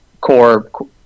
core